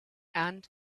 and